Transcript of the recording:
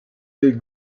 del